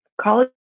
College